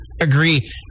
agree